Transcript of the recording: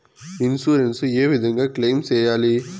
Insurance ఏ విధంగా claim సేయాలి?